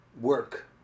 work